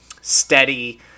steady